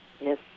yes